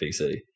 PC